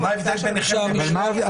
מה ההבדל ביניכם לבין בית המשפט?